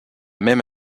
même